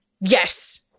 Yes